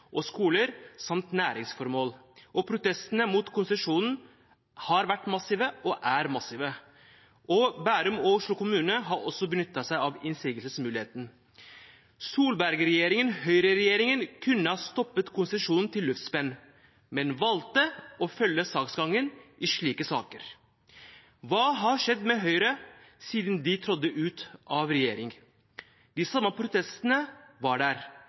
og skole samt næringsformål. Protestene mot konsesjonen har vært og er massive. Bærum og Oslo kommuner har også benyttet seg av sin innsigelsesmulighet. Solberg-regjeringen, høyreregjeringen, kunne ha stoppet konsesjonen til luftspenn, men valgte å følge saksgangen i slike saker. Hva har skjedd med Høyre siden de trådde ut av regjering? De samme protestene var der.